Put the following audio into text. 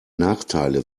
nachteile